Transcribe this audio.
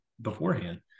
beforehand